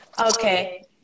Okay